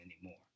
anymore